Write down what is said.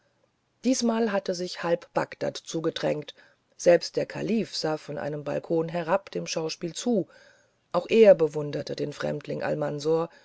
diesmal hatte sich halb bagdad zugedrängt selbst der kalif sah von einem balkon herab dem schauspiel zu auch er bewunderte den fremdling